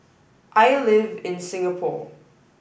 I live in Singapore